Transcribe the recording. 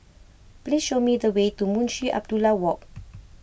please show me the way to Munshi Abdullah Walk